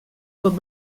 pot